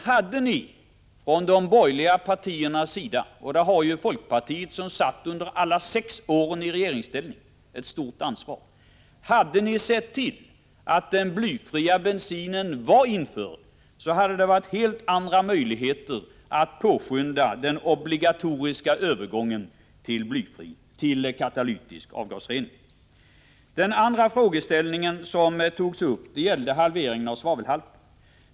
Hade ni från de borgerliga partiernas sida sett till att den blyfria bensinen blivit införd hade det funnits helt andra möjligheter att påskynda den obligatoriska övergången till katalytisk avgasrening. I detta sammanhang har folkpartiet, som satt i regeringsställning under alla de sex borgerliga åren, ett stort ansvar. Kerstin Ekmans andra frågeställning gällde halveringen av svavelhalten.